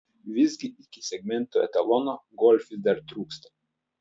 visgi iki segmento etalono golf vis dar trūksta